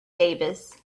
davis